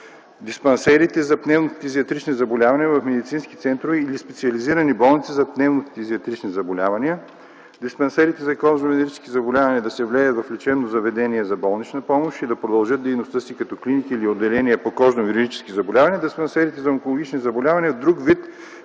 диспансерите за пневмофизиатрични заболявания – в медицински центрове или специализирани болници за пневмофизиатрични заболявания; диспансерите за кожно-венерически заболявания да се влеят в лечебни заведения за болнична помощ и да продължат дейността си като клиники или отделения по кожно-венерически заболявания; диспансерите за онкологични заболявания – в друг вид